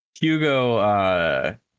Hugo